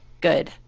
Good